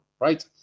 right